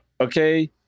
Okay